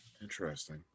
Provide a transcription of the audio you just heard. Interesting